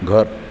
घर